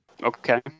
Okay